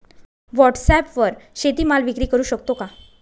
व्हॉटसॲपवर शेती माल विक्री करु शकतो का?